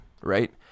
right